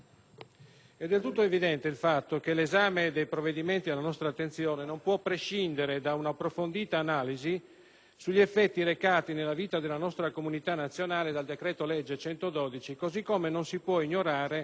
è del tutto evidente il fatto che l'esame dei provvedimenti alla nostra attenzione non può prescindere da un'approfondita analisi degli effetti recati nella vita della nostra comunità nazionale dal decreto-legge n, 112, così come non si può ignorare